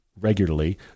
regularly